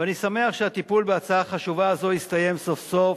ואני שמח שהטיפול בהצעה חשובה זו הסתיים סוף-סוף.